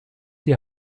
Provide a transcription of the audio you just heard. die